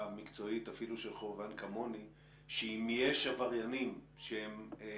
אפילו של חובבן כמוני היא שאם יש עבריינים שיש